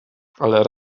ale